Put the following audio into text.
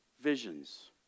visions